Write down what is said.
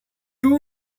two